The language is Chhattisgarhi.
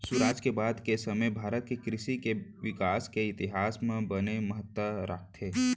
सुराज के बाद के समे भारत के कृसि के बिकास के इतिहास म बने महत्ता राखथे